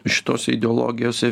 šitose ideologijose